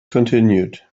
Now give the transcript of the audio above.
continued